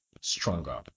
stronger